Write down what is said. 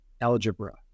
algebra